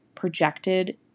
projected